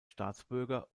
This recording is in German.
staatsbürger